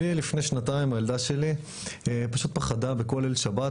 אני לפני שנתיים הילדה שלי פשוט פחדה בכל ליל שבת,